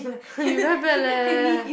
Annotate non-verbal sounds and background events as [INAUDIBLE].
[LAUGHS] you very bad leh